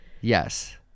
Yes